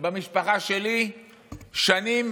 במשפחה שלי כבר שנים